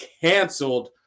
canceled